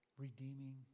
redeeming